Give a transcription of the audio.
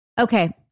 Okay